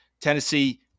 Tennessee